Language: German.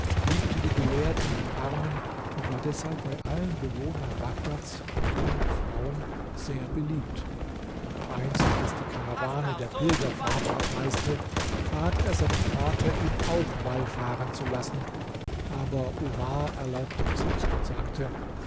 liebte die gelehrten und armen und war deshalb bei allen bewohnern bagdads männern und frauen sehr beliebt einst als die karawane der pilgerfahrt abreiste bat er seinen vater ihn auch wallfahren zu lassen aber omar erlaubte es nicht und sagte